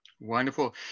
wonderful